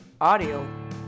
audio